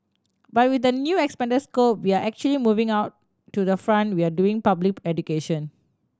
but with the new expanded scope we are actually moving out to the front we are doing public education